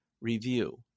review